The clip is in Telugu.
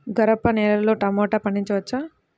గరపనేలలో టమాటా పండించవచ్చా?